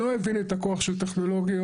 לא הבין את הכוח של טכנולוגיות,